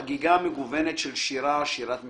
חגיגה מגוונת של שירה, שירת מחאה,